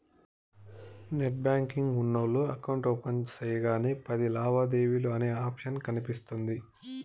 net banking ఉన్నోల్లు account open సెయ్యగానే పది లావాదేవీలు అనే ఆప్షన్ కనిపిస్తుంది